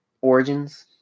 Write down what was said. Origins